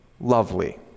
lovely